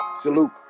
Salute